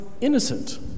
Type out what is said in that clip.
innocent